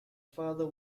father